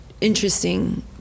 interesting